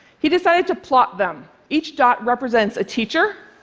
he decided to plot them. each dot represents a teacher.